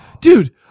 Dude